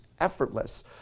effortless